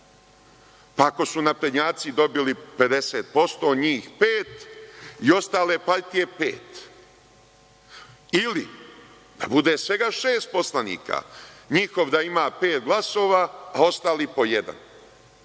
pa ako su naprednjaci dobili 50%, njih pet i ostale partije pet. Ili, da bude svega šest poslanika, njihov da ima pet glasova, a ostali po